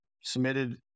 submitted